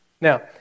Now